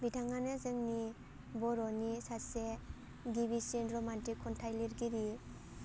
बिथाङानो जोंनि बर'नि गिबिसिन रमान्टिक खन्थाइ लिरगिरि